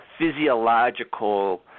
physiological